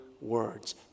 words